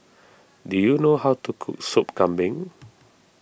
do you know how to cook Sup Kambing